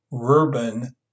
urban